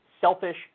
selfish